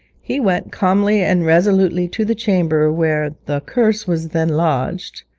he went calmly and resolutely to the chamber where the curse was then lodged,